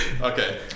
Okay